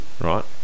Right